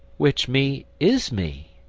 which me is me?